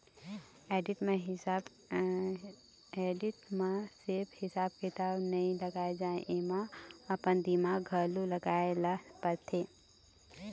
audit म सिरिफ हिसाब किताब नइ लगाए जाए एमा अपन दिमाक घलोक लगाए ल परथे